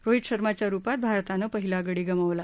रोहित शर्माच्या रुपात भारतानं पहिला गडी गमावला